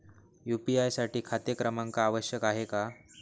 UPI साठी खाते क्रमांक आवश्यक आहे का?